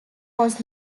was